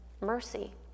mercy